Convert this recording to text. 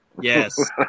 Yes